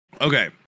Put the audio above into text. Okay